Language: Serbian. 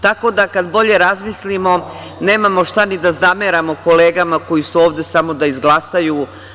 Tako da, kad bolje razmislimo, nemamo šta ni da zameramo kolegama koje su ovde samo da izglasaju.